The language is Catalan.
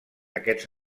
aquests